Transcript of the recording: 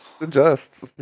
adjusts